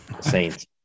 Saints